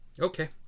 Okay